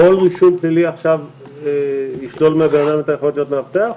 כל רישום פלילי עכשיו ישלול מהאדם את היכולת להיות מאבטח?